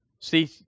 See